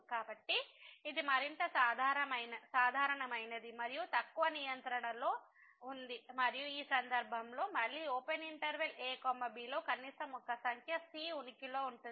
కాబట్టి ఇది మరింత సాధారణమైనది మరియు తక్కువ నియంత్రణలో ఉంది మరియు ఆ సందర్భంలో మళ్ళీ ఓపెన్ ఇంటర్వెల్ a b లో కనీసం ఒక సంఖ్య c ఉనికిలో ఉంటుంది